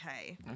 Okay